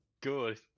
Good